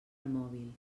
mòbil